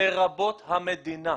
לרבות המדינה.